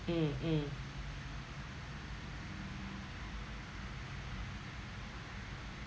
mm mm